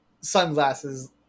Sunglasses